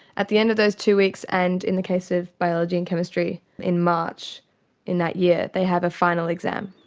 at the end of those two weeks and in the case of biology and chemistry in march in that year they have a final exam,